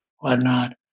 whatnot